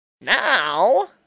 Now